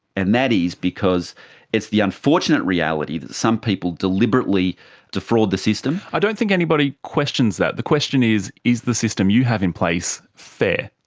and that is because it's the unfortunate reality that some people deliberately defraud the system. i don't think anybody questions that. the question is, is the system you have in place fair?